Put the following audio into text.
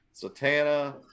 Satana